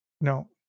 No